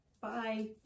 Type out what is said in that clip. Bye